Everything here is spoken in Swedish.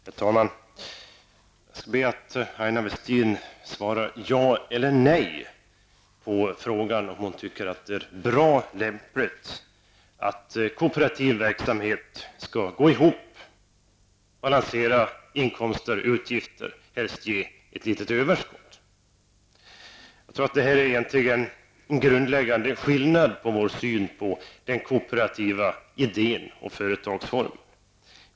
Herr talman! Jag skall be att Aina Westin svarar ja eller nej på frågan om hon tycker att det är bra och lämpligt att kooperativ verksamhet skall gå ihop, balansera inkomster och utgifter och helst ge ett litet överskott. Jag tror att detta egentligen är den grundläggande skillnaden i vår syn på den kooperativa idéen och företagsformen.